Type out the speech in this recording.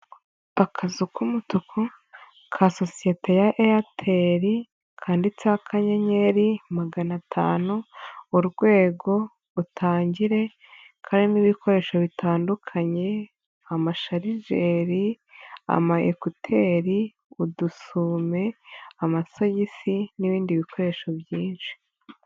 Akazu k'umutuku ka sosiyete ya Airtel kanditseho kanyenyeri magana atanu, urwego utangire karimo ibikoresho bitandukanye, amasharijeri ama ekuteri udusume, amasogisi, n'ibindi bikoresho byinshi